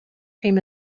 cream